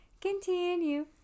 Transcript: Continue